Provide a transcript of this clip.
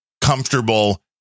comfortable